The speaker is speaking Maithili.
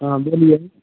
हँ बोलिए